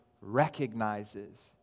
recognizes